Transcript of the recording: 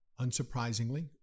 unsurprisingly